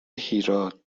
هیراد